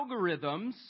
algorithms